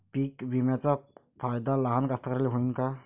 पीक विम्याचा फायदा लहान कास्तकाराइले होईन का?